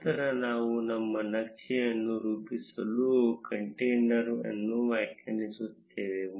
ನಂತರ ನಾವು ನಮ್ಮ ನಕ್ಷೆ ಅನ್ನು ನಿರೂಪಿಸಲು ಕಂಟೇನರ್ ಅನ್ನು ವ್ಯಾಖ್ಯಾನಿಸುತ್ತೇವೆ